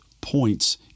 points